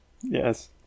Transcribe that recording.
Yes